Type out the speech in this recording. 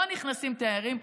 לא נכנסים תיירים,